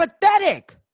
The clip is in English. pathetic